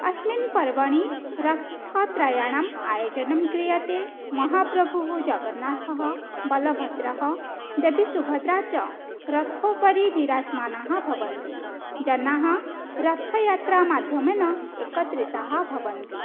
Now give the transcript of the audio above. अस्मिन् पर्वणि रथयात्राणाम् आयोजनं क्रियते महाप्रभुः जगन्नाथः बलभद्रः देवीसुभद्रा च रथोपरि विराजमानाः भवन्ति जनाः रथयात्रामाध्यमेन एकत्रिताः भवन्ति